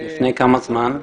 --- לפני כמה זמן?